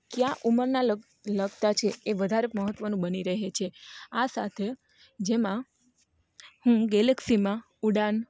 કયા ઉંમરનાં લગતાં છે એ વધારે મહત્ત્વનું બની રહે છે આ સાથે જેમાં હું ગેલેક્સીમાં ઉડાન